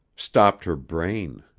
stopped her brain.